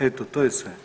Eto, to je sve.